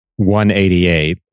188